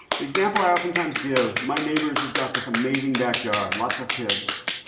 the example i oftentimes give my neighbors have got this amazing backyard. lots of kids.